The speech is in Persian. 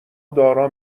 دارا